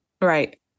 Right